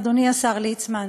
אדוני השר ליצמן,